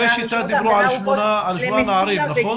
לגבי 'שיטה' דיברו על שמונה נערים, נכון?